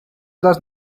does